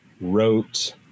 wrote